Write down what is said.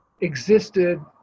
existed